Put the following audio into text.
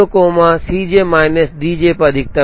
0 comma C J minus D J पर अधिकतम है